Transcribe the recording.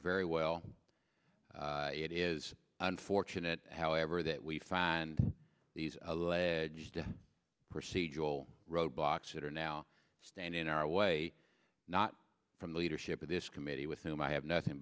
very well it is unfortunate however that we find these alleged procedural roadblocks that are now stand in our way not from the leadership of this committee with whom i have nothing